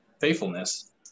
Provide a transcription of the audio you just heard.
faithfulness